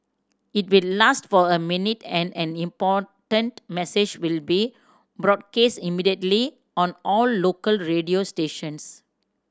it will last for a minute and an important message will be broadcast immediately on all local radio stations